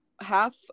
half